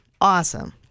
Awesome